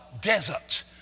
desert